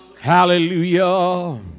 Hallelujah